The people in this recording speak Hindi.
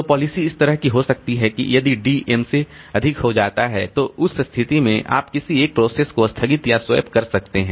तो पॉलिसी इस तरह की हो सकती है कि यदि D m से अधिक हो जाता है तो उस स्थिति में आप किसी एक प्रोसेस को स्थगित या स्वैप कर सकते हैं